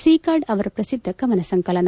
ಸಿಕಾಡ ಅವರ ಪ್ರಸಿದ್ಧ ಕವನ ಸಂಕಲನ